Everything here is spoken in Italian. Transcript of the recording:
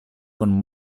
con